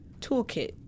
toolkit